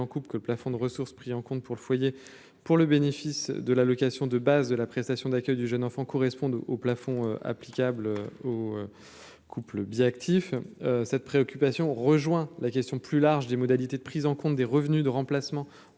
que le plafond de ressources pris en compte pour le foyer pour le bénéfice de l'allocation de base de la prestation d'accueil du jeune enfant correspondent au plafond applicable ou. Couples bi-actifs cette préoccupation rejoint la question plus large des modalités de prise en compte des revenus de remplacement